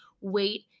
weight